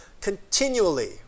continually